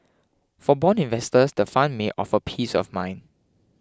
for bond investors the fund may offer peace of mind